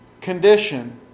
condition